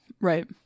Right